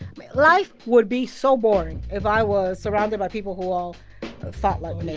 mean, life would be so boring if i was surrounded by people who all thought like me